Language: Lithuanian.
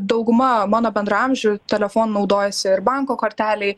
dauguma mano bendraamžių telefonu naudojasi ir banko kortelei